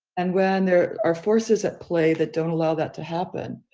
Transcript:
and when there are forces at play that don't allow that to happen,